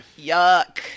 Yuck